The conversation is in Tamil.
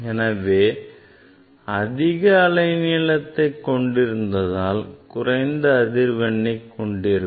எனவே அதிக அலைநீளத்தை கொண்டிருந்தால் குறைந்த அதிர்வெண்ணை கொண்டிருக்கும்